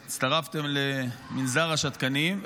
הצטרפתם למנזר השתקנים,